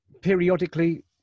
Periodically